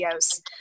videos